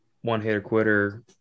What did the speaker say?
one-hitter-quitter